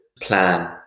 plan